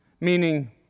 meaning